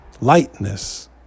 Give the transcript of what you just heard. lightness